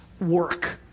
work